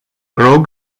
rog